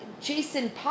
Jason